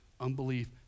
unbelief